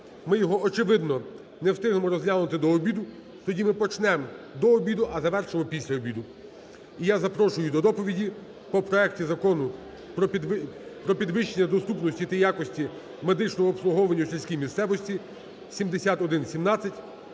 Ми його, очевидно, не встигнемо розглянути до обіду. Тоді ми почнемо до обіду, а завершимо після обіду. І я запрошую до доповіді по проекту Закону про підвищення доступності та якості медичного обслуговування у сільській місцевості 7117